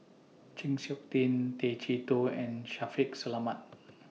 Chng Seok Tin Tay Chee Toh and Shaffiq Selamat